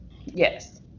Yes